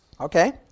Okay